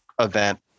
event